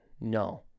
no